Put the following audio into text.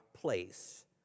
place